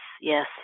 Yes